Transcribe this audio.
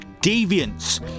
deviance